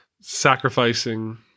sacrificing